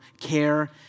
care